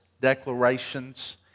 declarations